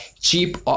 cheap